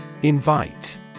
Invite